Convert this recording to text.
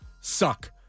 suck